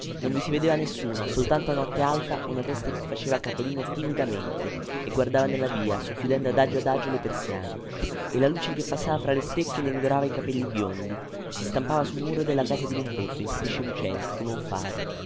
non vi si vedeva nessuno soltanto a notte alta una testa che faceva capolino timidamente e guardava nella via socchiudendo adagio adagio le persiane e la luce che passava fra le stecche ne indorava i capelli biondi poi si stampava sul muro della casa dirimpetto in strisce lucenti come un faro